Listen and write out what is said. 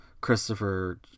Christopher